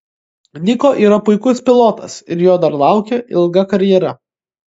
niko yra puikus pilotas ir jo dar laukia ilga karjera